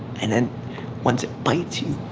and then once it bites you,